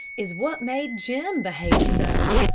is what made jim behave so.